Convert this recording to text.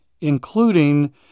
including